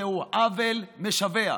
זהו עוול משווע.